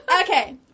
Okay